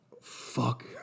Fuck